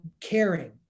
caring